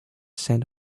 scent